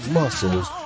muscles